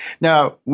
now